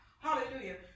Hallelujah